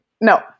No